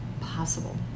possible